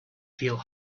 field